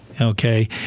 okay